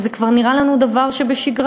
וזה כבר נראה לנו דבר שבשגרה,